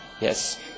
yes